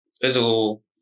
physical